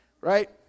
right